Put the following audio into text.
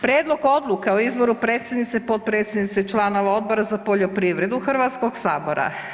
Prijedlog odluke o izboru predsjednice, potpredsjednice i članova Odbora za poljoprivredu Hrvatskog sabora.